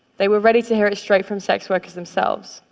they were ready to hear it straight from sex workers themselves.